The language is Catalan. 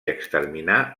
exterminar